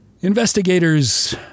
Investigators